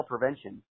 prevention